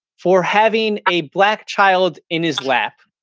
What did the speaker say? for having a black child in his lap.